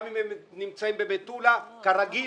גם אם הם נמצאים במטולה כרגיל,